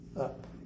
up